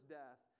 death